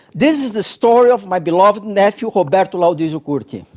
this is the story of my beloved nephew, roberto laudisio curti.